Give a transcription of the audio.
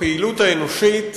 הפעילות האנושית